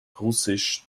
russisch